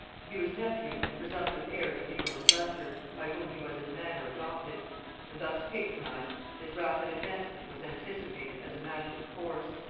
he was nephew and presumptive heir to the earl of leicester, by whom he was in a manner adopted and thus patronized, his rapid advancement was anticipated as a matter of course.